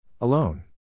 Alone